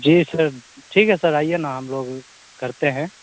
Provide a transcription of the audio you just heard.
जी sir ठीक है sir आइए ना हम लोग करते हैं